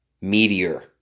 meteor